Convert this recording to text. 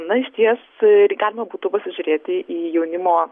na išties galima būtų pasižiūrėti į jaunimo